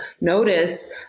notice